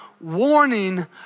warning